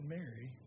Mary